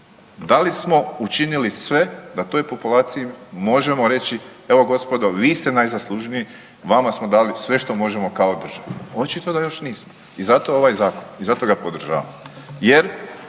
da li smo učinili sve da toj populaciji možemo reći evo gospodo vi ste najzaslužniji, vama smo dali sve što možemo kao država, očito da još nismo. I zato ovaj zakon i zato ga podržavam